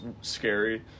scary